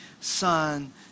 son